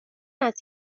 است